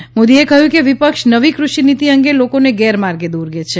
શ્રી મોદીએ કહ્યું કે વિપક્ષ નવી કૃષિ નિતિ અંગે લોકોને ગેરમાર્ગે દોરે છે